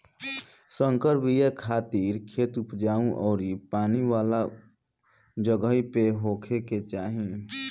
संकर बिया खातिर खेत उपजाऊ अउरी पानी वाला जगही पे होखे के चाही